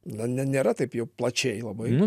na ne nėra taip jau plačiai labai